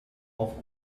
auf